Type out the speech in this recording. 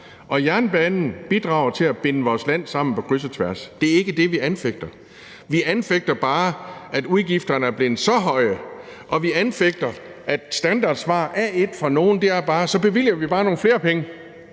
og jernbanen bidrager til at binde vores land sammen på kryds og tværs. Det er ikke det, vi anfægter. Vi anfægter bare, at udgifterne er blevet så høje, og vi anfægter, at standardsvar nr. 1 fra nogle er: Så bevilger vi bare nogle flere penge.